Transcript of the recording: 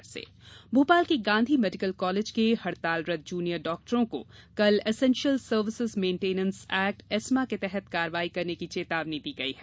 जुडा नोटिस भोपाल के Gandhi medical college के हड़तालरत जूनियर डॉक्टरों को कल essential services maintenance act ESMA के तहत कार्रवाई करने की चेतावनी दी गई है